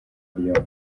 rio